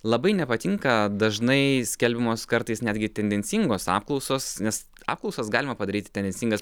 labai nepatinka dažnai skelbiamos kartais netgi tendencingos apklausos nes apklausas galima padaryti tendensingas